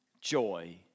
joy